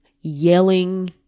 yelling